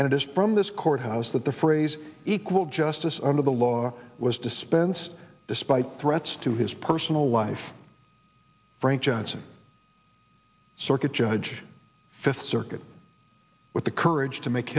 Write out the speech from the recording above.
and it is from this courthouse that the phrase equal justice under the law was dispensed despite threats to his personal life frank johnson circuit judge fifth circuit with the courage to make